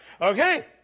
okay